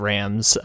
Rams